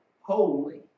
holy